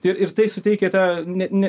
ir ir tai suteikia tą ne ne